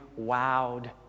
wowed